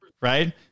right